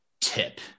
tip